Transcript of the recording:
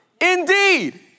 Indeed